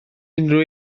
unrhyw